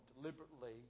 deliberately